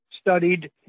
studied